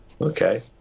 okay